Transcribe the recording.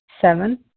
Seven